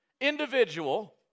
individual